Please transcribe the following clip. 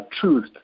truth